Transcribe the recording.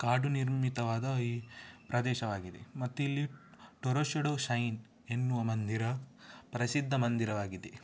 ಕಾಡುನಿರ್ಮಿತವಾದ ಈ ಪ್ರದೇಶವಾಗಿದೆ ಮತ್ತು ಇಲ್ಲಿ ಟೊರೊಶಿಡೋ ಶೈನ್ ಎನ್ನುವ ಮಂದಿರ ಪ್ರಸಿದ್ಧ ಮಂದಿರವಾಗಿದೆ